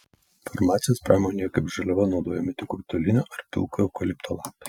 farmacijos pramonėje kaip žaliava naudojami tik rutulinio ar pilkojo eukalipto lapai